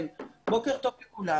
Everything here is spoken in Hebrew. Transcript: כן, בוקר טוב לכולם.